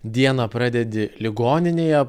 dieną pradedi ligoninėje